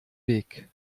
weg